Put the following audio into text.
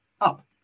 up